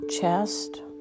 chest